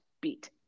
beat